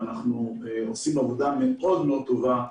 ואנחנו עושים עבודה מאוד טובה.